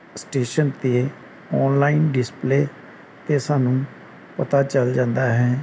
station 'ਤੇ online display 'ਤੇ ਸਾਨੂੰ ਪਤਾ ਚੱਲ ਜਾਂਦਾ ਹੈ